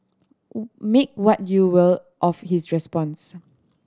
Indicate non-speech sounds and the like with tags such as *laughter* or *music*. *unintelligible* make what you will of his response